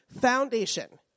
foundation